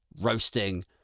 roasting